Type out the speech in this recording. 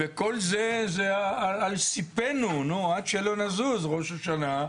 וכל זה על ספנו, נו, עד שלא נזוז, ראש השנה,